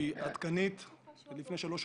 זה שאתה התפרצת עכשיו והפכת את משטרת ישראל,